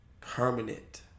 permanent